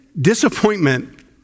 disappointment